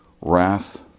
wrath